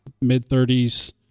mid-30s